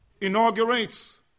inaugurates